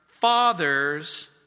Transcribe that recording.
fathers